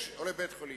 או לבית-חולים.